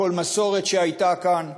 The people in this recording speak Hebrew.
כל מסורת שהייתה כאן.